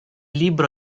libro